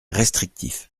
restrictif